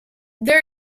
there